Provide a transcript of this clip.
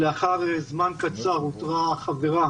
לאחר זמן קצר אותרה החברה